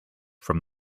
from